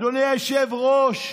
אדוני היושב-ראש,